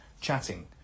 chatting